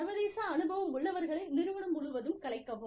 சர்வதேச அனுபவம் உள்ளவர்களை நிறுவனம் முழுவதும் கலைக்கவும்